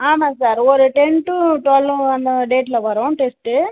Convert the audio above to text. ஆமாம் சார் ஒரு ten to twelve அந்தமாதிரி டேட்டில் வரும் டெஸ்ட்டு